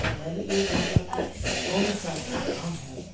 تو میں نے یہ سوچا کہ کون سا ایسا کام ہے